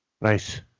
Nice